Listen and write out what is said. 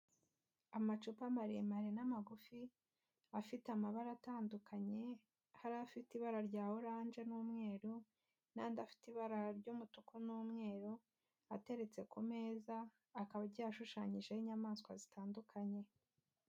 Amacupa maremare n'amagufi afite amabara atandukanye, hari afite ibara rya oranje n'umweru n'andi afite ibara ry'umutuku n'umweru ateretse ku meza, akaba agiye ashushanyijeho inyamaswa zitandukanye.